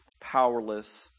powerless